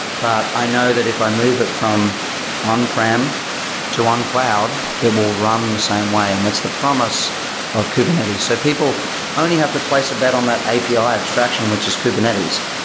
but i know that if i move it from on-prem to on cloud, it will run the same way, and that's the promise of kubernetes. so people only have to place a bet on that api ah abstraction, which is kubernetes,